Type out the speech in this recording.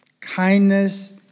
kindness